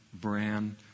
brand